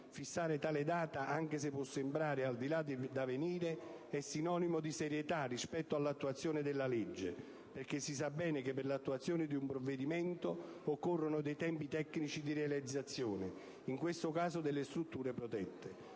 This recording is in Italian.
Fissare tale data, anche se può sembrare di là da venire, è sinonimo di serietà rispetto all'attuazione della legge perché si sa bene che per l'attuazione di un provvedimento occorrono dei tempi tecnici di realizzazione, in questo caso delle strutture protette.